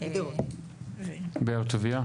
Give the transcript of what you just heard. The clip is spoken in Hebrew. באר טוביה?